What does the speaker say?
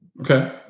Okay